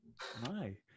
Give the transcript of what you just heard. Hi